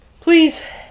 please